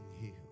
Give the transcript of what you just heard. healed